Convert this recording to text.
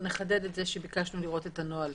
נחדד את זה שביקשנו לראות את הנוהל.